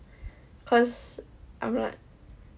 cause I'm not